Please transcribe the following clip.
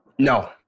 No